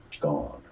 gone